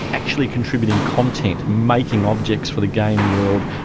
actually contributing content, making objects for the game world,